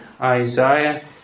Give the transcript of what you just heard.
Isaiah